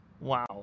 Wow